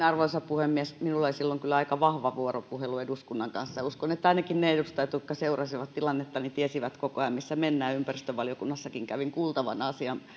arvoisa puhemies minulla oli silloin kyllä aika vahva vuoropuhelu eduskunnan kanssa ja uskon että ainakin ne edustajat jotka seurasivat tilannetta tiesivät koko ajan missä mennään ja ympäristövaliokunnassakin kävin kuultavana asian